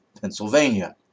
Pennsylvania